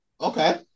Okay